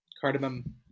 Cardamom